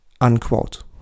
Unquote